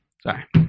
sorry